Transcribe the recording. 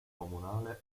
comunale